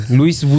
Louis